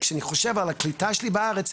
כאשר אני חושב על הקליטה שלי בארץ,